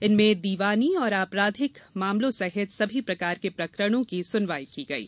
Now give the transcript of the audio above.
इनमें दीवानी और आपराधिक मामलों सहित सभी प्रकार के प्रकरणों की सुनवाई की गयी